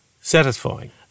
satisfying